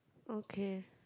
okay